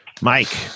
Mike